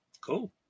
Cool